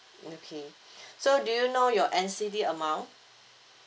okay so do you know your N_C_D amount